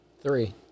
Three